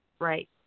Right